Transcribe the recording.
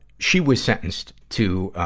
she was sentenced to,